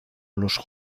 los